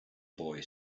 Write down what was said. boy